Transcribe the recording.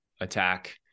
attack